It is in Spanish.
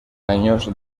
años